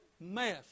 mess